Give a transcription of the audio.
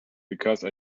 because